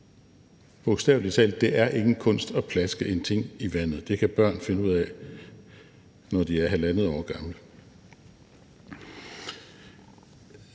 bogstavelig talt – at plaske en ting i vandet. Det kan børn finde ud af, når de er halvandet år gamle.